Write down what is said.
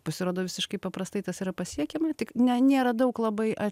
pasirodo visiškai paprastai tas yra pasiekiama tik ne nėra daug labai